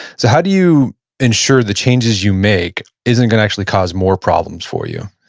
so how do you ensure the changes you make isn't gonna actually cause more problems for you?